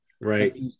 Right